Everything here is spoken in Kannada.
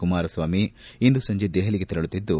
ಕುಮಾರಸ್ವಾಮಿ ಇಂದು ಸಂಜೆ ದೆಹಲಿಗೆ ತೆರಳುತ್ತಿದ್ದು